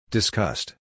Discussed